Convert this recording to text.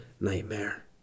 Nightmare